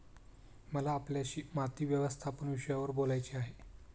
मला आपल्याशी माती व्यवस्थापन विषयावर बोलायचे आहे